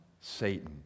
Satan